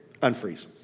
unfreeze